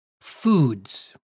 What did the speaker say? foods